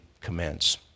commence